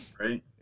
right